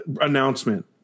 Announcement